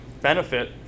benefit